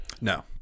no